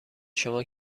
شما